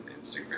Instagram